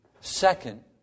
Second